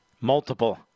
Multiple